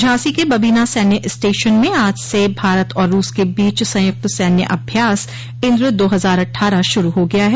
झांसी के बबीना सैन्य स्टेशन में आज से भारत और रूस के बीच संयुक्त सैन्य अभ्यास इंद्र दो हजार अट्ठारह शुरू हो गया है